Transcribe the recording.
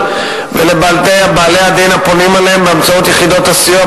ולבעלי הדין הפונים אליהם באמצעות יחידות סיוע,